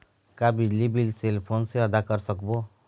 का बिजली bill cell phone से आदा कर सकबो?